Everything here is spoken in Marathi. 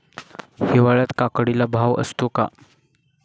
हिवाळ्यात काकडीला भाव असतो का?